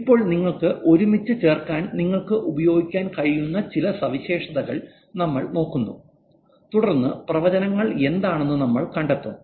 ഇപ്പോൾ നിങ്ങൾക്ക് ഒരുമിച്ച് ചേർക്കാൻ നിങ്ങൾക്ക് ഉപയോഗിക്കാൻ കഴിയുന്ന ചില സവിശേഷതകൾ നമ്മൾ നോക്കുന്നു തുടർന്ന് പ്രവചനങ്ങൾ എന്താണെന്ന് നമ്മൾ കണ്ടെത്തും